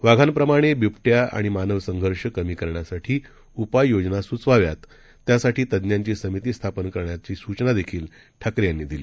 वाघां प्रमाणे बिबट्या आणि मानव संघर्ष कमी करण्यासाठी उपाययोजना सुचवाव्यात त्यासाठी तज्ज्ञांची समिती स्थापन करण्याचा सुचना देखील ठाकरे यांनी दिल्या